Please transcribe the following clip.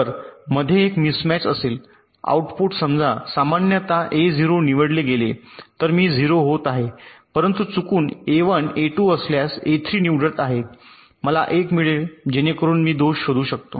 तर मध्ये एक मिसमॅच असेल आउटपुट समजा सामान्यत A0 निवडले गेले तर मी 0 होत आहे परंतु चुकून A1 A2 असल्यास ए 3 निवडत आहे मला 1 मिळेल जेणेकरून मी दोष शोधू शकतो